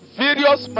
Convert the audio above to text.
various